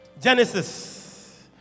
Genesis